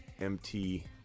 MT